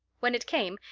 when it came,